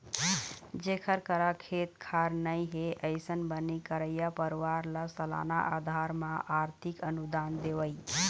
जेखर करा खेत खार नइ हे, अइसन बनी करइया परवार ल सलाना अधार म आरथिक अनुदान देवई